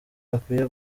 ukwiye